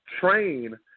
train